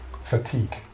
fatigue